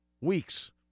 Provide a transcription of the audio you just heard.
weeks